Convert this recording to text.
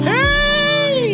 Hey